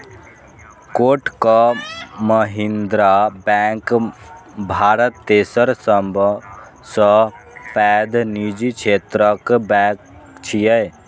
Kotak Mahindra bank Bharat तेसर सबसं पैघ निजी क्षेत्रक बैंक छियै